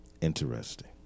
Interesting